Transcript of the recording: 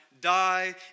die